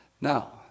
Now